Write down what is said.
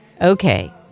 okay